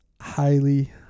highly